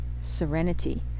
serenity